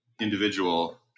individual